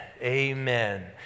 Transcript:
Amen